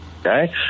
okay